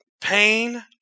pain